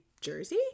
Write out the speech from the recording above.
Jersey